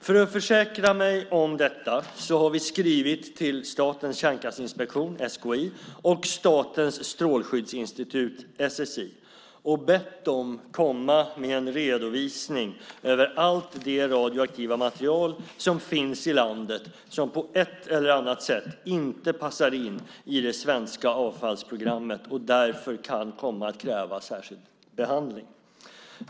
För att försäkra oss om detta har vi skrivit till Statens kärnkraftinspektion, SKI, och Statens strålskyddsinstitut, SSI, och bett dem komma med en redovisning över allt det radioaktiva material som finns i landet som på ett eller annat sätt inte passar in i det svenska avfallsprogrammet och därför kan komma att kräva särskild behandling.